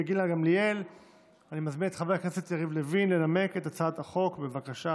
אני קובע כי הצעת החוק התקבלה בקריאה